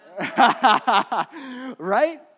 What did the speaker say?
right